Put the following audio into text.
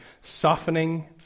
softening